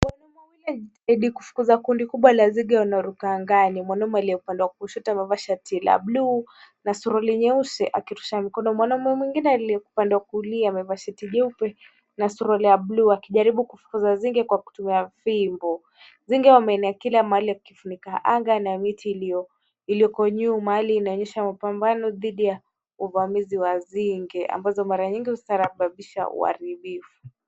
Wanaume wawili wanajitahidi kufukuza kundi kubwa la nzige wanaoruka angani. Mwanaume aliye upande wa kushoto amevaa shati la bluu, na suruali nyeusi akirusha mikono. Mwanaume mwingine aliye upande wa kulia, amevaa shati jeupe na suruali ya bluu, akijaribu kufukuza nzige kwa kutumia fimbo. Nzinge wameenea kila mahali, wakifunika anga na miti iliyoko nyuma. Hali inaonyesha mapambano dhidi ya uvamizi wa nzige, ambazo mara nyingi husababisha uharibifu.